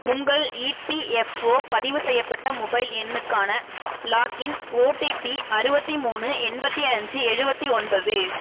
உங்கள் இபிஎஃப்ஓ பதிவு செய்யப்பட்ட மொபைல் எண்ணுக்கான லாகின் ஓடிபி அறுபத்தி மூணு எண்பத்து அஞ்சு எழுபத்தி ஒன்பது